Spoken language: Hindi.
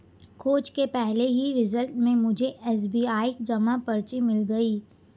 खोज के पहले ही रिजल्ट में मुझे एस.बी.आई जमा पर्ची मिल गई